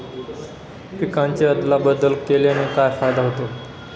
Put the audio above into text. पिकांची अदला बदल केल्याने काय फायदा होतो?